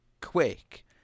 quick